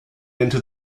into